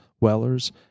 Weller's